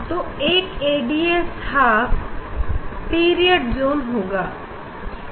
तो एक ऐड्स हाफ पीरियड जून होगा